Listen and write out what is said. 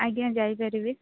ଆଜ୍ଞା ଯାଇପାରିବି